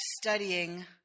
studying